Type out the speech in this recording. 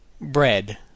Bread